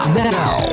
now